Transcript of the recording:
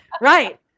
right